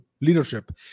leadership